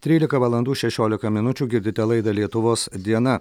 trylika valandų šešiolika minučių girdite laidą lietuvos diena